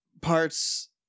Parts